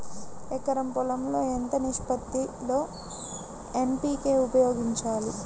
ఎకరం పొలం లో ఎంత నిష్పత్తి లో ఎన్.పీ.కే ఉపయోగించాలి?